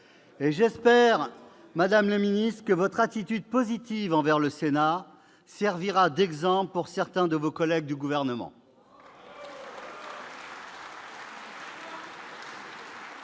J'espère, madame la ministre, que votre attitude positive envers le Sénat servira d'exemple à certains de vos collègues du Gouvernement.